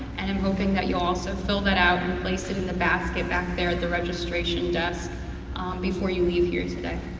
and i'm hoping that you also fill that out, and place it in the basket back there at the registration desk um before you leave here today.